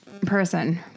Person